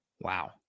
Wow